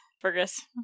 Fergus